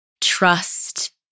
trust